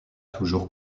toujours